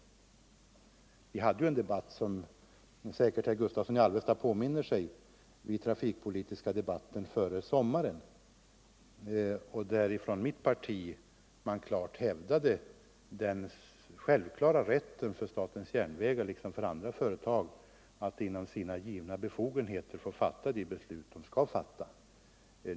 Vi hade ju en trafikpolitisk debatt före sommaren, som herr Gustavsson säkert påminner sig, och från mitt parti hävdade man då den självklara rätten för statens järnvägar, liksom för andra företag, att fatta beslut inom sina givna befogenheter.